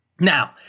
Now